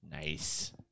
Nice